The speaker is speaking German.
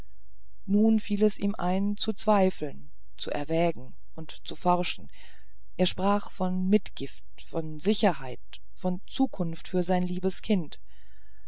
nun fiel es ihm ein zu zweifeln zu erwägen und zu forschen er sprach von mitgift von sicherheit von zukunft für sein liebes kind